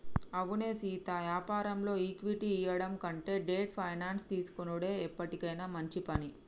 అవునే సీతా యాపారంలో ఈక్విటీ ఇయ్యడం కంటే డెట్ ఫైనాన్స్ తీసుకొనుడే ఎప్పటికైనా మంచి పని